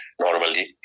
Normally